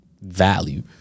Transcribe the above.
Value